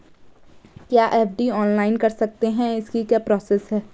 क्या FD online कर सकते हैं इसकी क्या प्रोसेस है?